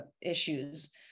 issues